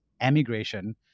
emigration